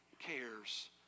cares